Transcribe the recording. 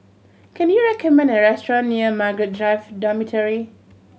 can you recommend a restaurant near Margaret Drive Dormitory